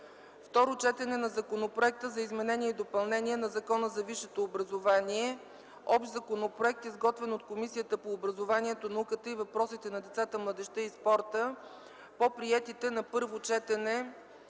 Второ четене на Законопроекта за изменение и допълнение на Закона за висшето образование. Общ законопроект, изготвен от Комисията по образованието, науката и въпросите на децата, младежта и спорта по приетите на първо четене